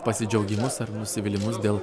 pasidžiaugimus ar nusivylimus dėl